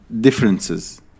differences